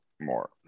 more